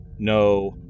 No